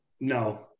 No